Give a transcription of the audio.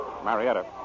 Marietta